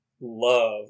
love